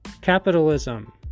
capitalism